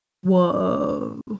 Whoa